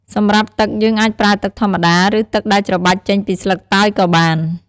សម្រាប់ទឹក យើងអាចប្រើទឹកធម្មតា ឬទឹកដែលច្របាច់ចេញពីស្លឹកតើយក៏បាន។